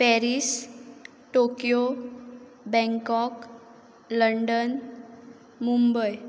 Paris Tokyo Bangkok London Mumbai